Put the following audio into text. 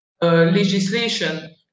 legislation